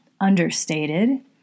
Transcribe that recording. understated